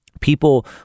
people